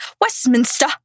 Westminster